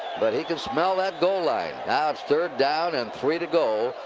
but he can smell that goal line. now it's third down and three to go.